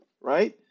Right